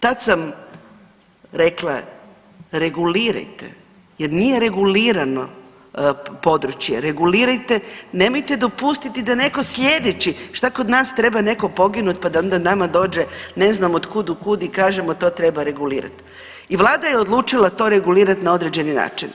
Tad sam rekla regulirajte jer nije regulirano područje, regulirajte, nemojte dopustiti da netko sljedeći, šta kod nas treba neko poginut pa da onda nama dođe ne znam od kud u kud i kažemo to treba regulirat i Vlada je odlučila to regulirat na određeni način.